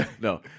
No